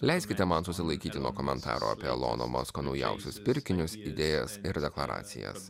leiskite man susilaikyti nuo komentaro apie elono masko naujausius pirkinius idėjas ir deklaracijas